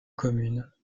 commune